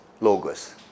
Logos